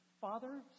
Father